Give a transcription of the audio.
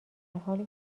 حالی